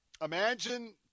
imagine